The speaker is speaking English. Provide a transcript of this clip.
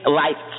life